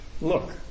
Look